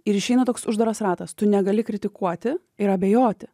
ir išeina toks uždaras ratas tu negali kritikuoti ir abejoti